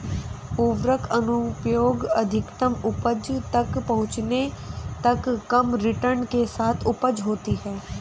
उर्वरक अनुप्रयोग अधिकतम उपज तक पहुंचने तक कम रिटर्न के साथ उपज होती है